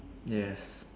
yes